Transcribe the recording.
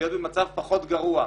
להיות במצב פחות גרוע,